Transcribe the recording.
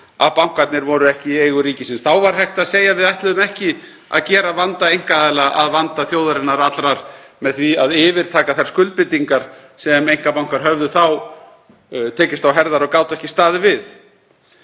að bankarnir voru ekki í eigu ríkisins. Þá var hægt að segja að við ætluðum ekki að gera vanda einkaaðila að vanda þjóðarinnar allrar með því að yfirtaka þær skuldbindingar sem einkabankar höfðu þá tekist á herðar og gátu ekki staðið við.